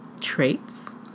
traits